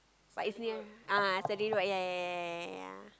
but it's near ah road ah ya ya ya ya ya